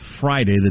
Friday